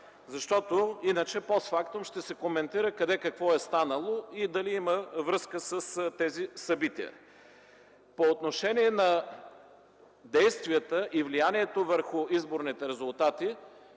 Иначе постфактум ще се коментира къде какво е станало и дали има връзка с тези събития. По отношение на действията и влиянието върху изборните резултати.